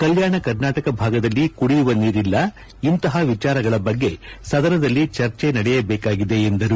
ಕಲ್ಯಾಣ ಕರ್ನಾಟಕ ಭಾಗದಲ್ಲಿ ಕುಡಿಯುವ ನೀರಿಲ್ಲ ಇಂತಹ ವಿಚಾರಗಳ ಬಗ್ಗೆ ಸದನದಲ್ಲಿ ಚರ್ಚೆ ನಡೆಯಬೇಕಾಗಿದೆ ಎಂದರು